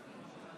להצביע?